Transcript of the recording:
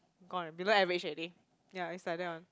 gone below average already ya it's like that one